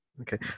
Okay